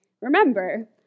Remember